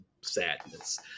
sadness